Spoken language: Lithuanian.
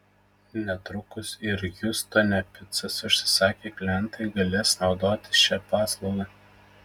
netrukus ir hjustone picas užsisakę klientai galės naudotis šia paslauga